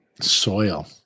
Soil